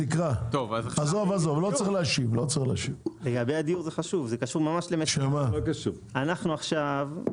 לגבי הדיור, אנחנו עכשיו,